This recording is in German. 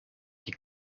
die